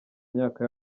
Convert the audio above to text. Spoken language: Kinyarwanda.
myaka